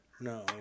No